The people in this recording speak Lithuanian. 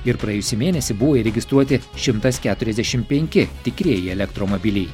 ir praėjusį mėnesį buvo įregistruoti šimtas keturiasdešim penki tikrieji elektromobiliai